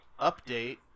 update